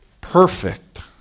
perfect